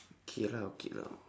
okay lah okay lah